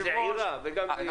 זעירה וגם זהירה.